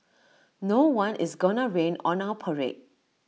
no one is gonna rain on our parade